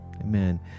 amen